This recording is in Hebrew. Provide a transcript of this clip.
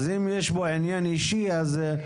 אז אם יש פה עניין אישי ---.